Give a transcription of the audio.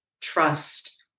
trust